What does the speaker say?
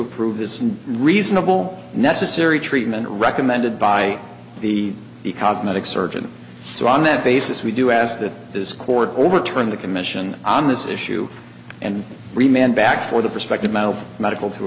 approve this reasonable necessary treatment recommended by the the cosmetic surgeon so on that basis we do ask that this court overturn the commission on this issue and remain back for the prospective medaled medical to